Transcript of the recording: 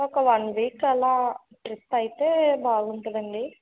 ఒక one week అలా trip అయితే బాగుంటుందండీ